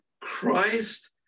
christ